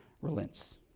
relents